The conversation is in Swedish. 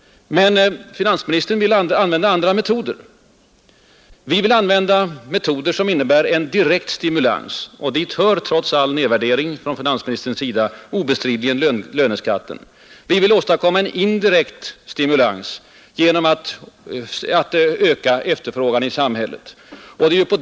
Men finansministern vill använda andra metoder än vad vi vill, Vi vill använda generella metoder som ger direkt stimulans. Och dit hör, trots all nedvärdering från finansministerns sida, obestridligen löneskatten. Vi vill därutöver åstadkomma en indirekt stimulans genom att öka efterfrågan i samhället.